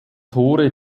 tore